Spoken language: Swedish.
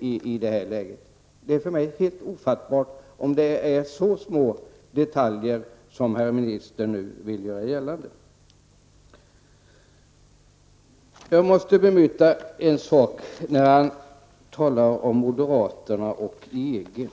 i det här läget? Det är för mig helt ofattbart, om det är så små detaljer som herr ministern nu vill göra gällande. Jag måste bemöta en sak, när jordbruksministern talar om moderaterna och EG.